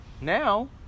Now